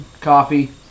coffee